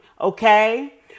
okay